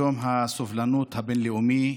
יום הסובלנות הבין-לאומי,